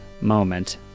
moment